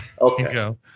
Okay